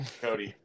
Cody